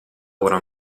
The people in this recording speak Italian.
ora